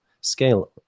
scale